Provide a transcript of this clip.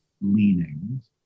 leanings